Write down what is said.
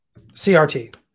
CRT